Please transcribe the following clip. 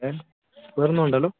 A വേറൊന്നും വേണ്ടല്ലോ